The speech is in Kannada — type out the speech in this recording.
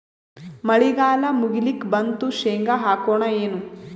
ಮಳಿಗಾಲ ಮುಗಿಲಿಕ್ ಬಂತು, ಶೇಂಗಾ ಹಾಕೋಣ ಏನು?